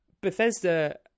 bethesda